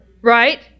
right